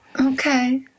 Okay